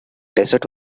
desert